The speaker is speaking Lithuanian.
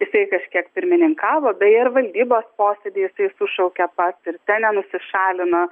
jisai kažkiek pirmininkavo beja ir valdybos posėdį jisai sušaukė pats nenusišalino